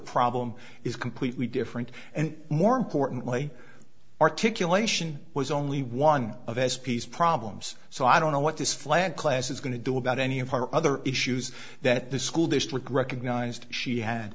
problem is completely different and more importantly articulation was only one of espy's problems so i don't know what this flat class is going to do about any of our other issues that the school district recognized she had